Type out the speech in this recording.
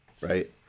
right